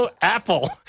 Apple